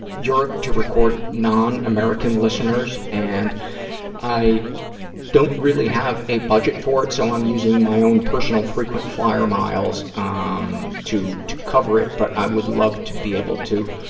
europe to record non-american listeners, and i don't really have a budget for it, so i'm using my own personal frequent flyer miles ah um to to cover it, but i would love to be able to